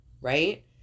right